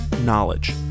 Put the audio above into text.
knowledge